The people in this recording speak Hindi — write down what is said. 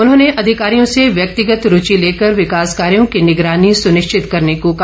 उन्होंने अधिकारियों से व्यक्तिगत रूचि लेकर विकास कार्यो की निगरानी सुनिश्चित करने को कहा